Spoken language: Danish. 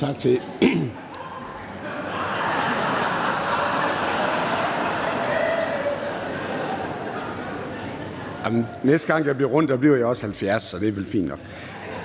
Næste gang jeg fylder rundt, bliver jeg også 70 år, så det er vel fint nok.